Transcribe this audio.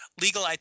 Legal